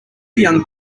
young